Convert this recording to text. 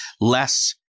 less